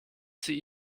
sie